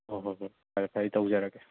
ꯑꯣ ꯍꯣꯏ ꯍꯣꯏ ꯐꯔꯦ ꯐꯔꯦ ꯑꯩ ꯇꯧꯖꯔꯒꯦ